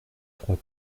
trois